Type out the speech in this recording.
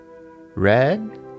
red